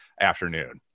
afternoon